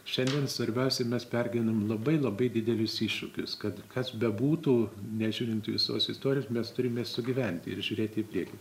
šiandien svarbiausia mes pergyvenam labai labai didelius iššūkius kad kas bebūtų nežiūrint visos istorijos mes turime sugyventi ir žiūrėti į priekį